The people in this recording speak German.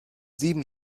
sieben